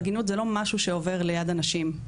עגינות זה לא משהו שעובר ליד הנשים,